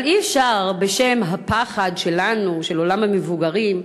אבל אי-אפשר בשם הפחד שלנו, של עולם המבוגרים,